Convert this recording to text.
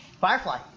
Firefly